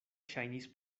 ŝajnis